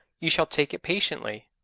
ye shall take it patiently?